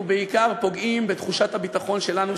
ובעיקר פוגעים בתחושת הביטחון שלנו,